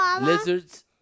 lizards